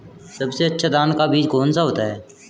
सबसे अच्छा धान का बीज कौन सा होता है?